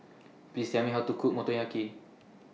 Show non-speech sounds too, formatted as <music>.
<noise> Please Tell Me How to Cook Motoyaki